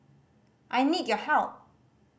I need your help